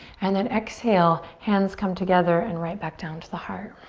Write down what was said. and then exhale, hands come together and right back down to the heart.